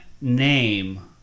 name